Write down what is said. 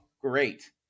great